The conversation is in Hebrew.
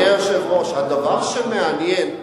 אדוני היושב-ראש, הדבר שמעניין הוא